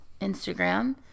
Instagram